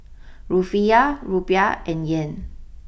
Rufiyaa Rupiah and Yen